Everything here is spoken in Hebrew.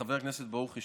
חבר הכנסת ברוכי,